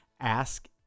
Ask